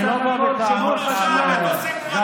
אתה